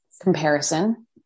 comparison